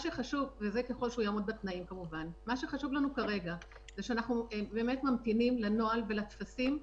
אנחנו ממתינים כרגע לנוהל ולטפסים.